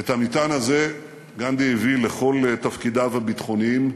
את המטען הזה גנדי הביא לכל תפקידיו הביטחוניים והציבוריים.